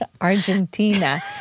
argentina